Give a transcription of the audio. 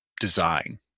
design